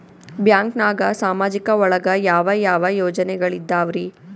ಬ್ಯಾಂಕ್ನಾಗ ಸಾಮಾಜಿಕ ಒಳಗ ಯಾವ ಯಾವ ಯೋಜನೆಗಳಿದ್ದಾವ್ರಿ?